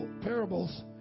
parables